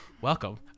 welcome